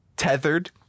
tethered